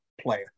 player